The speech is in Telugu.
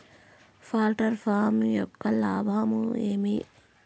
పౌల్ట్రీ ఫామ్ యొక్క లాభాలు ఏమి